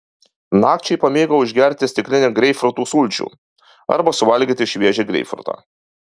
nakčiai pamėgau išgerti stiklinę greipfrutų sulčių arba suvalgyti šviežią greipfrutą